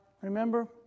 remember